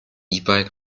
bike